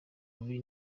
bubi